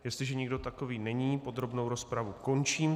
Jestliže nikdo takový není, podrobnou rozpravu končím.